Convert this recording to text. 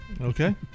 Okay